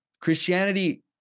Christianity